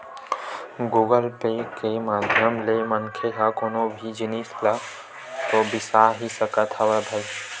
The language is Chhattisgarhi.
गुगल पे के माधियम ले मनखे ह कोनो भी जिनिस ल तो बिसा ही सकत हवय भई